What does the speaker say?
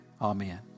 Amen